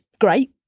great